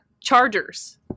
chargers